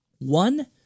one